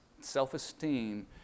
self-esteem